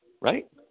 right